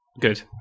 Good